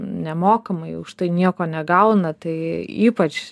nemokamai už tai nieko negauna tai ypač